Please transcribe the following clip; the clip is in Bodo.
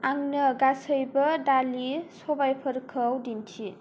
आंनो गासैबो दालि सबायफोरखौ दिन्थि